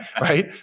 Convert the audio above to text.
right